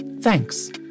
thanks